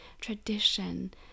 tradition